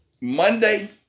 Monday